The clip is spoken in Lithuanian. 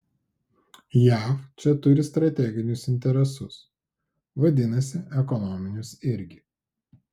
jav čia turi strateginius interesus vadinasi ekonominius irgi